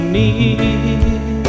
need